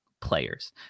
players